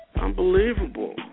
Unbelievable